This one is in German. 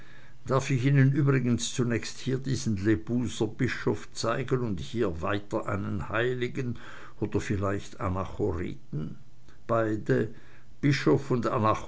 darf ich ihnen übrigens zunächst hier diesen lebuser bischof zeigen und hier weiter einen heiligen oder vielleicht anachoreten beide bischof und